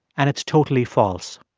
and it's totally false